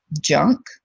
junk